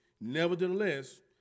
Nevertheless